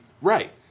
Right